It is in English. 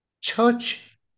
Church